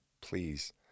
Please